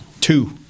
two